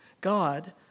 God